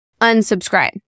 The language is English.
unsubscribe